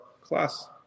class